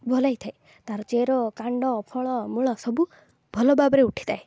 ଭଲ ହେଇଥାଏ ତା'ର ଚେର କାଣ୍ଡ ଫଳ ମୂଳ ସବୁ ଭଲ ଭାବରେ ଉଠିଥାଏ